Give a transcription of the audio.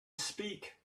speak